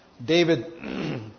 David